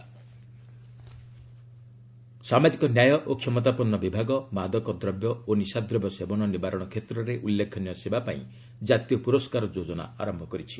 national award alcohol ସାମାଜିକ ନ୍ୟାୟ ଓ କ୍ଷମତାପନ୍ନ ବିଭାଗ ମାଦକଦ୍ରବ୍ୟ ଓ ନିଶାଦ୍ରବ୍ୟ ସେବନ ନିବାରଣ କ୍ଷେତ୍ରରେ ଉଲ୍ଲେଖନୀୟ ସେବା ପାଇଁ ଜାତୀୟ ପୁରସ୍କାର ଯୋଜନା ଆରମ୍ଭ କରିଛି